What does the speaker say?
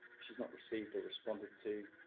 she is not received or responded to.